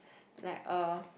like uh